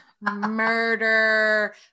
murder